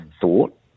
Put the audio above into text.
thought